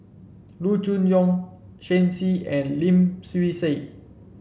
Loo Choon Yong Shen Xi and Lim Swee Say